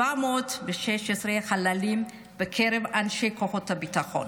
716 חללים מקרב אנשי כוחות הביטחון.